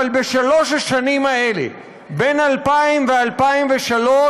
אבל בשלוש השנים האלה, בין 2000 ל-2003,